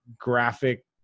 graphic